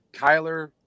kyler